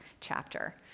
chapter